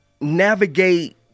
navigate